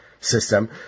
system